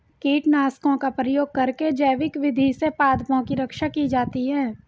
कीटनाशकों का प्रयोग करके जैविक विधि से पादपों की रक्षा की जाती है